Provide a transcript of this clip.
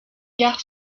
gare